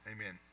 Amen